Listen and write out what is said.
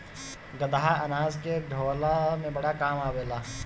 गदहा अनाज के ढोअला में बड़ा काम आवेला